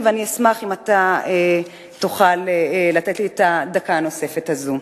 ואני אשמח אם אתה תוכל לתת לי את הדקה הנוספת הזאת.